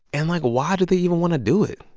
and, like, why do they even want to do it?